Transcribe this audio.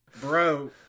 bro